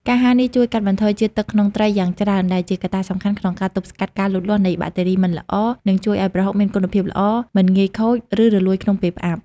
ការហាលនេះជួយកាត់បន្ថយជាតិទឹកក្នុងត្រីយ៉ាងច្រើន ដែលជាកត្តាសំខាន់ក្នុងការទប់ស្កាត់ការលូតលាស់នៃបាក់តេរីមិនល្អ និងជួយឱ្យប្រហុកមានគុណភាពល្អ មិនងាយខូច ឬរលួយក្នុងពេលផ្អាប់។